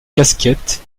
casquettes